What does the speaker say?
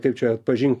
kaip čia atpažin